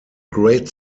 great